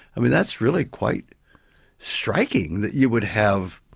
i mean that's really quite striking that you would have,